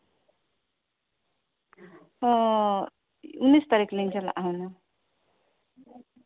ᱚᱸᱻ ᱩᱱᱤᱥ ᱛᱟᱹᱨᱤᱠᱷ ᱞᱤᱧ ᱪᱟᱞᱟᱜᱼᱟ